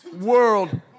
world